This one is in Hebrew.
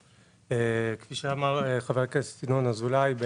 כפי שאמר חבר הכנסת ינון אזולאי,